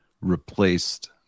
replaced